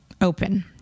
open